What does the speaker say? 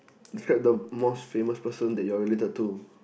describe the most famous person that you are related to